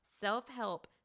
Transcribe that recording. self-help